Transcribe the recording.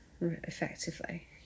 effectively